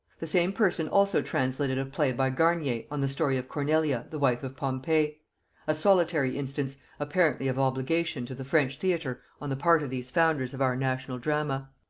the same person also translated a play by garnier on the story of cornelia the wife of pompey a solitary instance apparently of obligation to the french theatre on the part of these founders of our national drama.